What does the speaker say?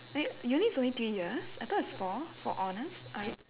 wait uni is only three years I thought it's four for honours or y~